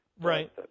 Right